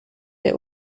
der